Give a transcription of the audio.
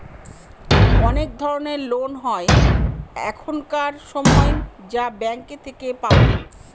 অনেক ধরনের লোন হয় এখানকার সময় যা ব্যাঙ্কে থেকে পাবো